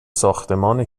ساختمان